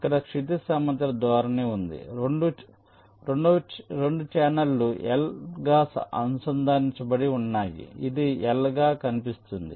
ఇక్కడ క్షితిజ సమాంతర ధోరణి ఉంది 2 ఛానెల్లు L గా అనుసంధానించబడి ఉన్నాయి ఇది L లాగా కనిపిస్తుంది